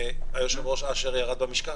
היושב-ראש אשר ירד במשקל.